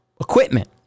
equipment